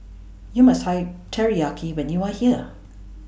YOU must Try Teriyaki when YOU Are here